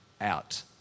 out